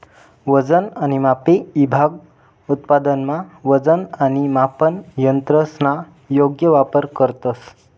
वजन आणि मापे ईभाग उत्पादनमा वजन आणि मापन यंत्रसना योग्य वापर करतंस